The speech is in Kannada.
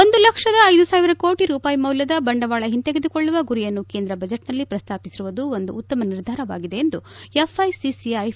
ಒಂದು ಲಕ್ಷದ ಐದು ಸಾವಿರ ಕೋಟಿ ರೂಪಾಯಿ ಮೌಲ್ಯದ ಬಂಡವಾಳ ಹಿಂತೆಗೆದುಕೊಳ್ಳುವ ಗುರಿಯನ್ನು ಕೇಂದ್ರ ಬಜೆಟ್ನಲ್ಲಿ ಪ್ರಸ್ತಾಪಿಸಿರುವುದು ಒಂದು ಉತ್ತಮ ನಿರ್ಧಾರವಾಗಿದೆ ಎಂದು ಎಫ್ಐಸಿಸಿಐ ಫಿಕ್ಕಿ ಪ್ರತಿಕ್ರಿಯಿಸಿದೆ